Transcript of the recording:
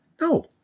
No